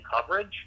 coverage